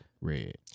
red